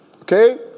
okay